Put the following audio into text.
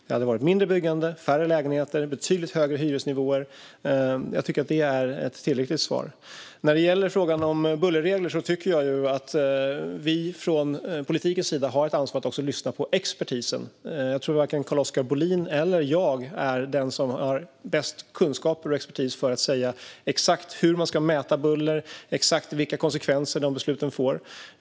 Det hade varit mindre byggande, färre lägenheter och betydligt högre hyresnivåer. Jag tycker att det är ett tillräckligt svar. När det gäller frågan om bullerregler tycker jag att vi från politikens sida har ett ansvar att också lyssna på expertisen. Jag tror inte att vare sig Carl-Oskar Bohlin eller jag har bäst kunskaper och expertis för att säga exakt hur man ska mäta buller och säga exakt vilka konsekvenser dessa beslut får.